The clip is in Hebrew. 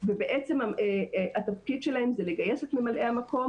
ובעצם התפקיד שלהן זה לגייס את ממלאי המקום